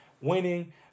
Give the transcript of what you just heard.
winning